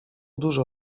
dużo